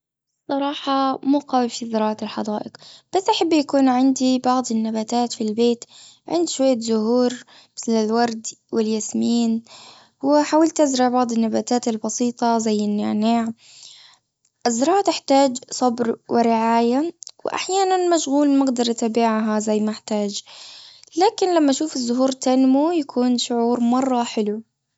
صراحة مو قوي في زراعة الحدائق. بس يحب يكون عندي بعض النباتات في البيت. عندي شوية زهور مثل الورد والياسمين. وحاولت أزرع بعض النباتات البسيطة زي النعناع. الزراعة تحتاج صبر ورعاية. واحيانا مشغول ما أقدر أتابعها زي ما يحتاج لكن لما أشوف الزهور تنمو يكون شعور مرة حلو.